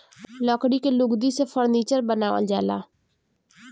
लकड़ी के लुगदी से फर्नीचर बनावल जाला